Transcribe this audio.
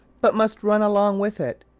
but must run along with it.